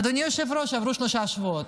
אדוני היושב-ראש, עברו שלושה שבועות.